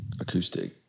acoustic